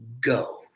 Go